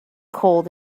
cold